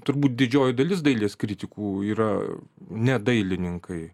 turbūt didžioji dalis dailės kritikų yra ne dailininkai